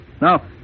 Now